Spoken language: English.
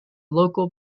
local